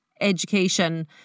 education